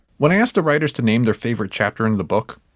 when i asked the writers to name their favorite chapter in the book,